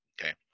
okay